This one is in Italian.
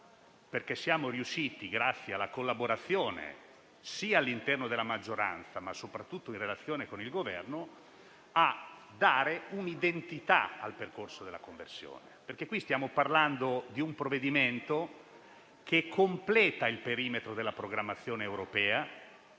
perché siamo riusciti, grazie alla collaborazione sia all'interno della maggioranza ma soprattutto in relazione con il Governo, a dare un'identità al percorso della conversione. Stiamo infatti parlando di un provvedimento che completa il perimetro della programmazione europea,